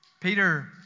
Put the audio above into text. Peter